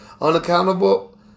unaccountable